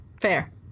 Fair